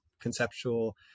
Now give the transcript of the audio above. conceptual